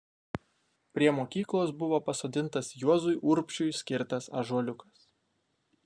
prie mokyklos buvo pasodintas juozui urbšiui skirtas ąžuoliukas